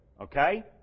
Okay